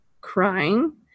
crying